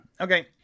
Okay